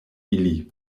ili